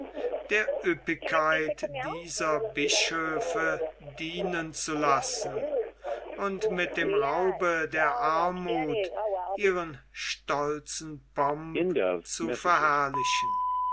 der ueppigkeit dieser bischöfe dienen zu lassen und mit dem raube der armuth ihren stolzen pomp zu verherrlichen